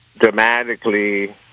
Dramatically